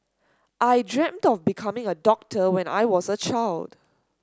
I dreamt of becoming a doctor when I was a child